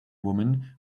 woman